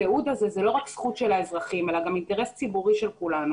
התיעוד הזה הוא לא רק זכות של האזרחים אלא גם אינטרס ציבורי של כולנו.